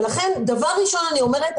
לכן דבר ראשון אני אומרת,